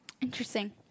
Interesting